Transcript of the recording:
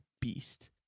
beast